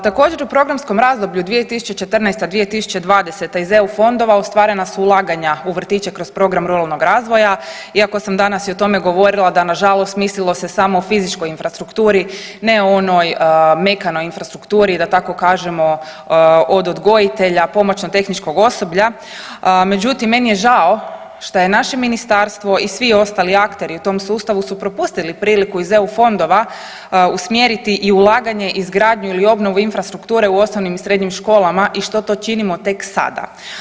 Također u programskom razdoblju 2014.-2020. iz eu fondova ostvarena su ulaganja u vrtiće kroz program Ruralnog razvoja, iako sam danas i o tome govorila da nažalost mislilo se samo o fizičkoj infrastrukturi, ne onoj mekanoj infrastrukturi da tako kažemo od odgojitelja, pomoćno tehničkog osoblja, međutim meni je žao što je naše ministarstvo i svi ostali akteri u tom sustavu su propustili priliku iz eu fondova usmjeriti i ulaganje izgradnju ili obnovu infrastrukture u osnovnim i srednjim školama i što to činimo tek sada.